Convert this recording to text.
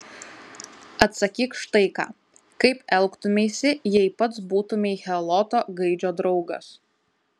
atsakyk štai ką kaip elgtumeisi jei pats būtumei heloto gaidžio draugas